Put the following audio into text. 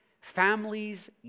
families